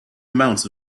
amounts